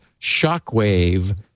Shockwave